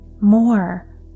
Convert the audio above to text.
more